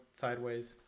sideways